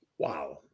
Wow